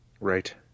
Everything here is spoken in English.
Right